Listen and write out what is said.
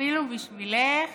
אפילו בשבילך